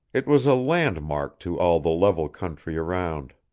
it was a landmark to all the level country round.